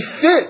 fit